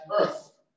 earth